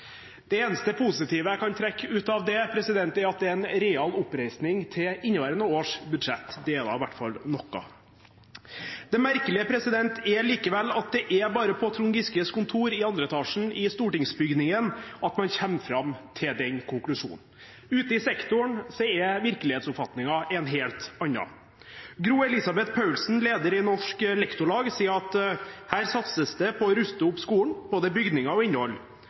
Det eneste positive jeg kan trekke ut av det, er at det er en real oppreisning til inneværende års budsjett. Det er da i hvert fall noe. Det merkelige er likevel at det er bare på Trond Giskes kontor i andre etasje i stortingsbygningen at man kommer fram til den konklusjonen. Ute i sektoren er virkelighetsoppfatningen en helt annen. Gro Elisabeth Paulsen, leder i Norsk Lektorlag, sier: «Her satses det på å ruste opp skolen, både bygninger og innhold.